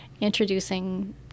introducing